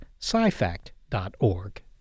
scifact.org